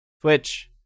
Twitch